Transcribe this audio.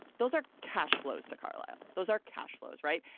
those are cashflows to carlisle. those are cashflows. right.